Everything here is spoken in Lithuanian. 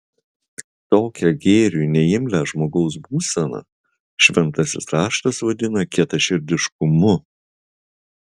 tokią gėriui neimlią žmogaus būseną šventasis raštas vadina kietaširdiškumu